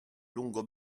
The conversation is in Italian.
lungo